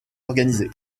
organisés